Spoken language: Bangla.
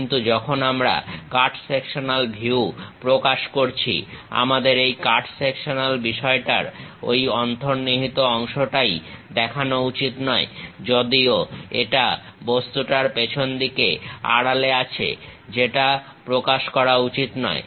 কিন্তু যখন আমরা কাট সেকশনাল ভিউ প্রকাশ করছি আমাদের এই কাট সেকশনাল বিষয়টায় ঐ অন্তর্নিহিত অংশটা দেখানো উচিত নয় যদিও এটা বস্তুটার পেছনদিকে আড়ালে আছে সেটা প্রকাশ করা উচিত নয়